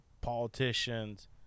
politicians